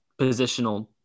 positional